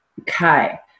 Okay